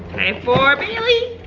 okay, for bailey.